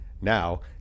Now